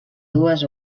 dues